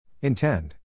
Intend